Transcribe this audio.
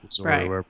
Right